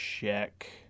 check